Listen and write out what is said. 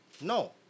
No